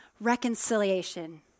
reconciliation